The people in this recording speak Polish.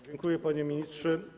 Dziękuję, panie ministrze.